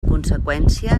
conseqüència